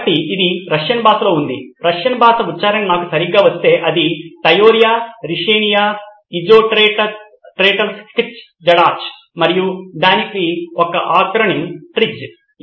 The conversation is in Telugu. కాబట్టి ఇది రష్యన్ భాషలో ఉంది రష్యన్ ఉచ్చారణ నాకు సరిగ్గా వస్తే అది టెయోరియా రేషెనియా ఇజోబ్రేటటెల్స్కిఖ్ జాడాచ్теория решения Te Te మరియు దాని యొక్క ఎక్రోనిం TRIZ